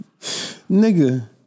Nigga